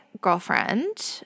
girlfriend